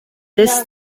this